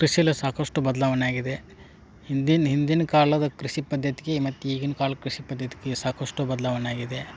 ಕೃಷಿಯಲ್ಲೂ ಸಾಕಷ್ಟು ಬದಲಾವಣೆ ಆಗಿದೆ ಹಿಂದಿನ ಹಿಂದಿನ ಕಾಲದ ಕೃಷಿ ಪದ್ಧತ್ಗೆ ಮತ್ತು ಈಗಿನ ಕಾಲದ ಕೃಷಿ ಪದ್ಧತ್ಗೆ ಸಾಕಷ್ಟು ಬದಲಾವಣೆ ಆಗಿದೆ